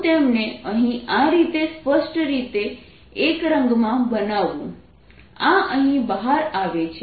હું તેમને અહીં આ રીતે સ્પષ્ટ રીતે એક રંગમાં બનાવું આ અહીં બહાર આવે છે